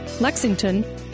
lexington